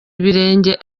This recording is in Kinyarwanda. ibirenge